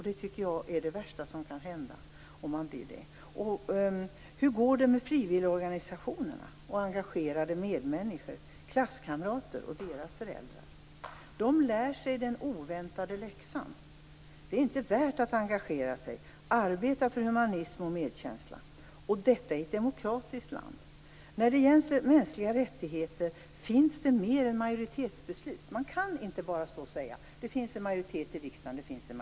Det tycker jag är det värsta som kan hända. Hur går det med frivilligorganisationerna och engagerade medmänniskor, t.ex. klasskamrater och deras föräldrar? De lär sig den oväntade läxan. Det är inte värt att engagera sig och arbeta för humanism och medkänsla, och detta i ett demokratiskt land. Det finns mer än majoritetsbeslut när det gäller mänskliga rättigheter. Man kan inte bara stå och säga: Det finns en majoritet i riksdagen.